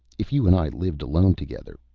if you and i lived alone together,